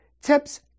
tips